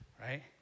right